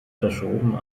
verschoben